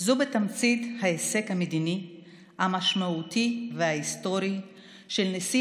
זה בתמצית ההישג המדיני המשמעותי וההיסטורי של נשיא